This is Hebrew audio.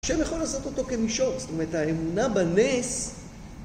ה' יכול לעשות אותו כמישור, זאת אומרת האמונה בנס..